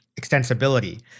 extensibility